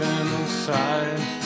inside